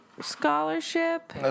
scholarship